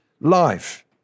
life